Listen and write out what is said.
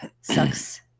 Sucks